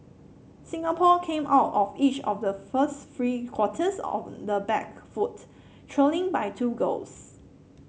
Singapore came out of each of the first three quarters on the back foot trailing by two goals